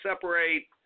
separate